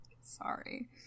Sorry